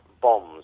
bombs